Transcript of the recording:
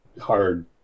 hard